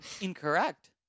Incorrect